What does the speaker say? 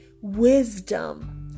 Wisdom